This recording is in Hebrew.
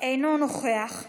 אינו נוכח,